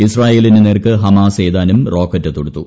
ഇസ്രയേലിനു നേർക്ക് ഹമാസ് ഏതാനും റോക്കറ്റ് തൊടുത്തു